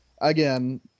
again